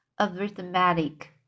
arithmetic